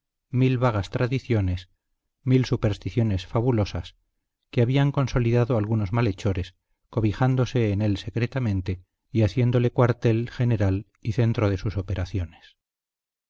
mil vagas tradiciones mil supersticiones fabulosas que habían consolidado algunos malhechores cobijándose en él secretamente y haciéndole cuartel general y centro de sus operaciones